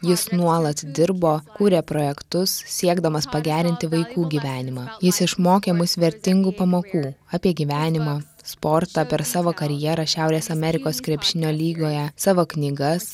jis nuolat dirbo kūrė projektus siekdamas pagerinti vaikų gyvenimą jis išmokė mus vertingų pamokų apie gyvenimą sportą per savo karjerą šiaurės amerikos krepšinio lygoje savo knygas